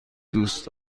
دوست